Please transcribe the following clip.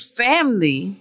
family